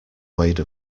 wade